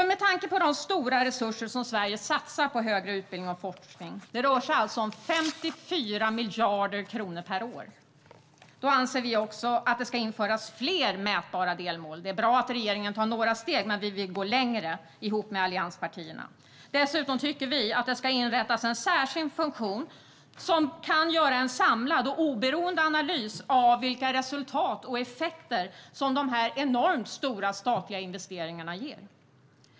Med tanke på de stora resurser som Sverige satsar på högre utbildning och forskning - det rör sig alltså om 54 miljarder kronor per år - anser vi att det ska införas fler mätbara delmål. Det är bra att regeringen tar några steg, men vi vill gå längre ihop med övriga allianspartier. Dessutom tycker vi att det ska inrättas en särskild funktion som kan göra en samlad och oberoende analys av vilka resultat och effekter som de enormt stora statliga investeringarna ger.